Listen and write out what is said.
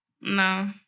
No